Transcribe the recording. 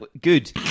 Good